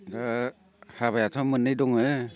ओ हाबायाथ' मोननै दङो